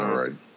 right